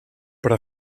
però